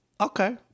Okay